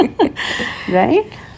Right